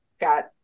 got